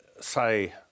say